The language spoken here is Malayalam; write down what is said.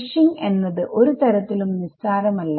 മെഷിങ് എന്നത് ഒരു തരത്തിലും നിസ്സാരമല്ല